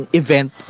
event